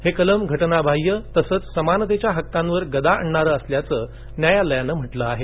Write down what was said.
हे कलम घटनाबाह्य तसच समानतेच्या हक्कावर गदा आणणार असल्याच न्यायालयान म्हटल आहे